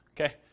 Okay